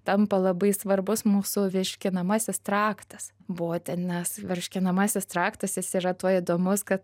tampa labai svarbus mūsų virškinamasis traktas buvo ten nes virškinamasis traktas jis yra tuo įdomus kad